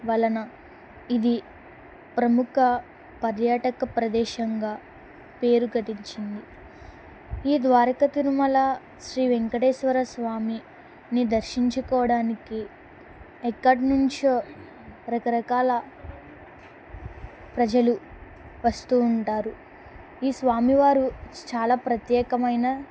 వలన ఇది ప్రముఖ పర్యాటక ప్రదేశంగా పేరు గడించింది ఈ ద్వారకా తిరుమల శ్రీ వేంకటేశ్వరస్వామిని దర్శించుకోడానికి ఎక్కడ నుంచో రకరకాల ప్రజలు వస్తూ ఉంటారు ఈ స్వామివారు చాలా ప్రత్యేకమైన